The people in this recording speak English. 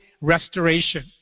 restoration